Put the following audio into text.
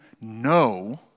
no